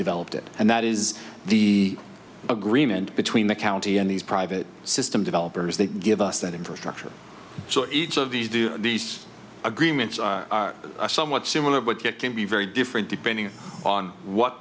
developed it and that is the agreement between the county and these private system developers they give us that infrastructure so each of these do these agreements are somewhat similar but it can be very different depending on